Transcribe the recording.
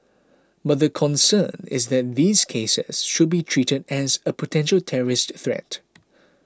but the concern is that these cases should be treated as a potential terrorist threat